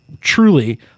truly